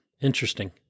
interesting